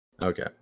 Okay